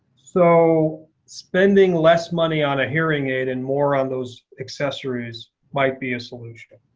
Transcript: so spending less money on a hearing aid and more on those accessories might be a solution.